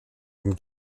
and